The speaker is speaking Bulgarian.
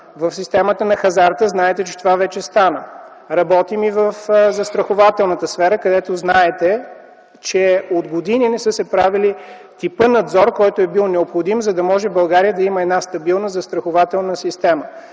В системата на хазарта знаете, че това вече стана. Работим и в застрахователната сфера, където знаете, че от години не са се правили типа надзор, който е бил необходим за да може България да има стабилна застрахователна система.